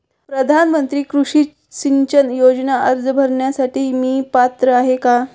प्रधानमंत्री कृषी सिंचन योजना अर्ज भरण्यासाठी मी पात्र आहे का?